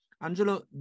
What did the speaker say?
Angelo